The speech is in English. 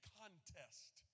contest